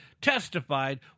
testified